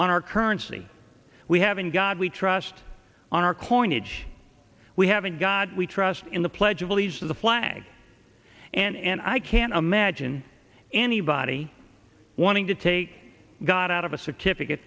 on our currency we have in god we trust on our coinage we have in god we trust in the pledge of allegiance to the flag and i can't imagine anybody me wanting to take god out of a certificate